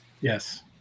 Yes